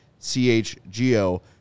CHGO